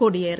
കൊടിയേറി